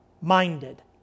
minded